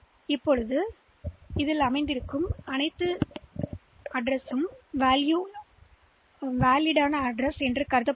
எனவே முகவரி இடத்தில் எந்த இடைவெளியும் இல்லை பின்னர் அந்த விஷயத்தில்